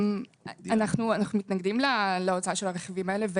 אנחנו מתנגדים להוצאה של הרכיבים האלה.